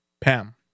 pam